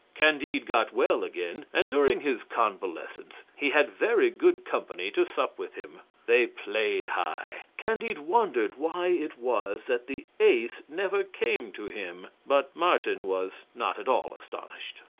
candide got well again, and during his convalescence he had very good company to sup with him. they played high. candide wondered why it was that the ace never came to him but martin was not at all astonished.